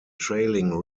trailing